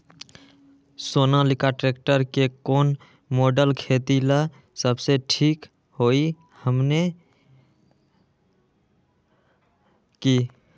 Sonalika tractor के कौन model खेती ला सबसे ठीक होई हमने की?